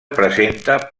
presenta